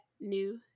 new